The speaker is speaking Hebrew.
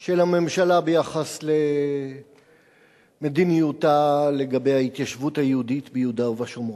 של הממשלה ביחס למדיניותה לגבי ההתיישבות היהודית ביהודה ובשומרון.